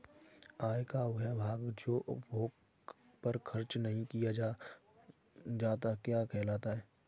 आय का वह भाग जो उपभोग पर खर्च नही किया जाता क्या कहलाता है?